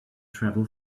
travel